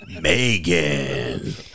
Megan